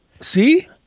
see